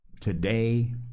Today